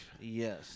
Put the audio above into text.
yes